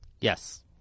Yes